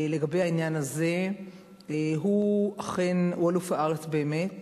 הוא אלוף הארץ באמת,